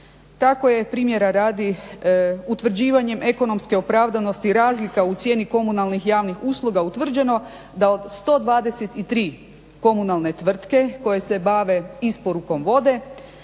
Tako je primjera radi utvrđivanjem ekonomske opravdanosti razlika u cijeni komunalnih javnih usluga utvrđeno da od 123 komunalne tvrtke koje se bave isporukom vode,